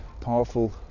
powerful